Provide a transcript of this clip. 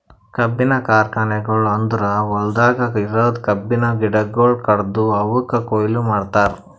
ಕಬ್ಬಿನ ಕಾರ್ಖಾನೆಗೊಳ್ ಅಂದುರ್ ಹೊಲ್ದಾಗ್ ಇರದ್ ಕಬ್ಬಿನ ಗಿಡಗೊಳ್ ಕಡ್ದು ಅವುಕ್ ಕೊಯ್ಲಿ ಮಾಡ್ತಾರ್